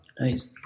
Nice